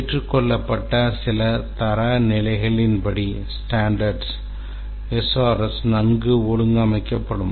ஏற்றுக்கொள்ளப்பட்ட சில தரநிலைகளின்படி SRS நன்கு ஒழுங்கமைக்கப்படும்